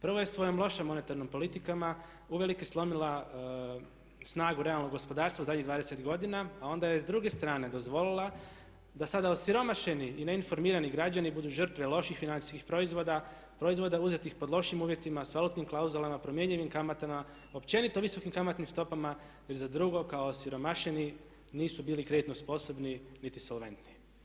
Prvo je svojim lošim monetarnim politikama uvelike slomila snagu realnog gospodarstva zadnjih 20 godina a onda je s druge strane dozvolila da sada osiromašeni i neinformirani građani budu žrtve loših financijskih proizvoda, proizvoda uzetih pod lošim uvjetima sa valutnim klauzulama, promjenjivim kamatama, općenito visokim kamatnim stopama jer za drugo kao osiromašeni nisu bili kreditno sposobni niti solventni.